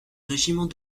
régiment